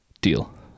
Deal